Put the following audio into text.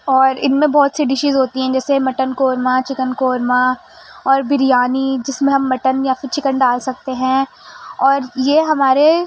اور ان میں بہت سی ڈشیز ہوتی ہیں جیسے مٹن کورما چکن قورما اور بریانی جس میں ہم مٹن یا پھر چکن ڈال سکتے ہیں اور یہ ہمارے